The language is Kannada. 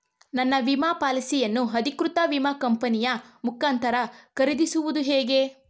ನನ್ನ ವಿಮಾ ಪಾಲಿಸಿಯನ್ನು ಅಧಿಕೃತ ವಿಮಾ ಕಂಪನಿಯ ಮುಖಾಂತರ ಖರೀದಿಸುವುದು ಹೇಗೆ?